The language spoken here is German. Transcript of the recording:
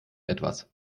etwas